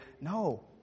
no